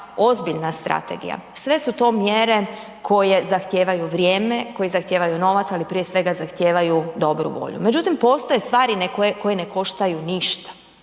ozbiljna strategija. Sve su to mjere koje zahtijevaju vrijeme, koje zahtijevaju novac, ali prije svega zahtijevaju dobru volju. Međutim, postoje stvari koje ne koštaju ništa,